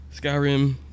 skyrim